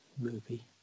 movie